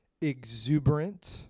exuberant